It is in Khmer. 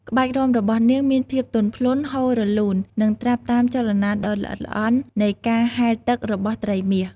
ក្បាច់រាំរបស់នាងមានភាពទន់ភ្លន់ ហូររលូន និងត្រាប់តាមចលនាដ៏ល្អិតល្អន់នៃការហែលទឹករបស់ត្រីមាស។